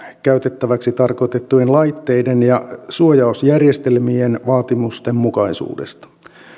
käytettäviksi tarkoitettujen laitteiden ja suojausjärjestelmien vaatimustenmukaisuudesta